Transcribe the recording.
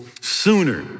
sooner